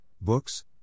books